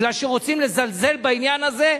כי רוצים לזלזל בעניין הזה.